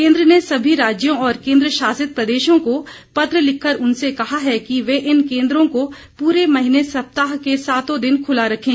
केंद्र ने सभी राज्यों और केंद्र शासित प्रदेशों को पत्र लिखकर उनसे कहा है कि वे इन केंद्रों को पूरे महीने सप्ताह के सातों दिन खुला रखें